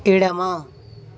ఎడమ